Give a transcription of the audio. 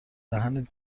دهنت